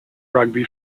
rugby